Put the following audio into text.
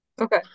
Okay